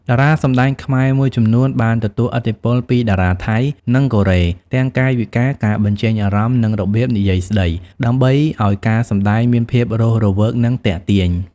តារាសម្តែងខ្មែរមួយចំនួនបានទទួលឥទ្ធិពលពីតារាថៃ និងកូរ៉េ ទាំងកាយវិការ ការបញ្ចេញអារម្មណ៍ និងរបៀបនិយាយស្តី ដើម្បីឲ្យការសម្តែងមានភាពរស់រវើកនិងទាក់ទាញ។